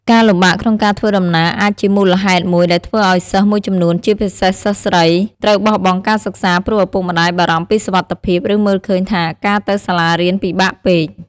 ការលំបាកក្នុងការធ្វើដំណើរអាចជាមូលហេតុមួយដែលធ្វើឱ្យសិស្សមួយចំនួន ជាពិសេសសិស្សស្រី ត្រូវបោះបង់ការសិក្សាព្រោះឪពុកម្ដាយបារម្ភពីសុវត្ថិភាព ឬមើលឃើញថាការទៅសាលារៀនពិបាកពេក។